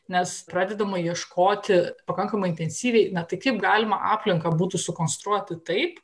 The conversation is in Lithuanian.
nes pradedama ieškoti pakankamai intensyviai na tai kaip galima aplinką būtų sukonstruoti taip